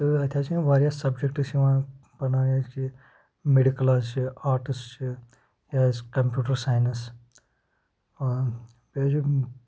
تہٕ اَتہِ حظ چھِ یِم واریاہ سَبجَکٹ چھِ یِوان میڈِکَل حظ چھِ آرٹٕس چھِ یہِ حظ کَمپیوٗٹَر ساینَس بیٚیہِ حظ چھِ